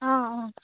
অঁ অঁ